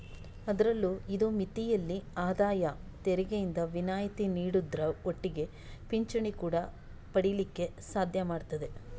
ಅದ್ರಲ್ಲೂ ಇದು ಮಿತಿಯಲ್ಲಿ ಆದಾಯ ತೆರಿಗೆಯಿಂದ ವಿನಾಯಿತಿ ನೀಡುದ್ರ ಒಟ್ಟಿಗೆ ಪಿಂಚಣಿ ಕೂಡಾ ಪಡೀಲಿಕ್ಕೆ ಸಾಧ್ಯ ಮಾಡ್ತದೆ